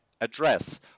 address